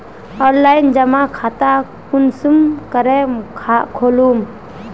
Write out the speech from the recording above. Online जमा खाता कुंसम करे खोलूम?